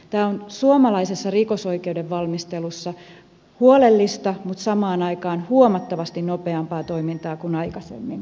tämä on suomalaisessa rikosoikeuden valmistelussa huolellista mutta samaan aikaan huomattavasti nopeampaa toimintaa kuin aikaisemmin